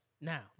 Now